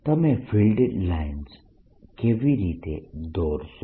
તમે field lines કેવી રીતે દોરશો